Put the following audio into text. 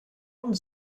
und